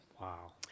Wow